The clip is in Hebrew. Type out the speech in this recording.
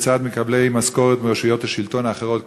לצד מקבלי משכורת מרשויות השלטון האחרות,